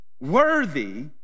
worthy